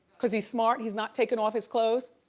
cause he's smart, he's not taking off his clothes.